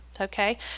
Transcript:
okay